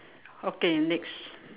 okay next